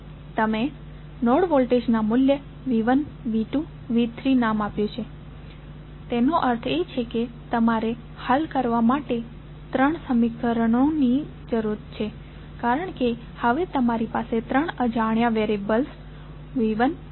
તમે નોડ વોલ્ટેજના મૂલ્યને V1V2V3 નામ આપ્યું છે તેનો અર્થ એ કે તમારે હલ કરવા માટે ત્રણ સમીકરણોની જરૂર છે કારણ કે હવે તમારી પાસે ત્રણ અજાણ્યા વેરીઅબલ્સ V1V2V3છે